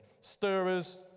stirrers